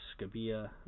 Scabia